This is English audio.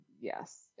Yes